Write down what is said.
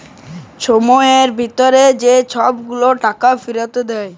ছময়ের ভিতরে যে ছব গুলা টাকা ফিরত দেয়